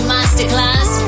Masterclass